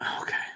Okay